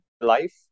life